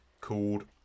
called